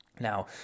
Now